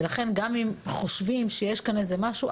לכן גם אם חושבים שיש כאן משהו,